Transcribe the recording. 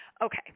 Okay